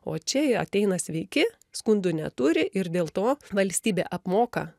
o čia jie ateina sveiki skundų neturi ir dėl to valstybė apmoka